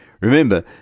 Remember